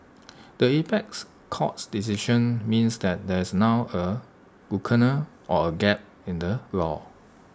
the apex court's decision means that there is now A lacuna or A gap in the law